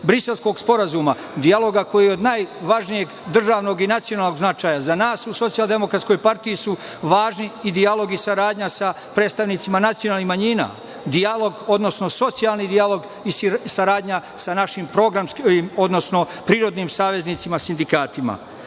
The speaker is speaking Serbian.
Briselskog sporazuma, dijaloga koji je od najvažnije državnog i nacionalnog značaja, za nas u SDPS su važni i dijalog i saradnja sa predstavnicima nacionalnih manjina, dijalog, odnosno socijalni dijalog i saradnja sa našim programskim, odnosno prirodnim saveznicima – sindikatima.Međutim,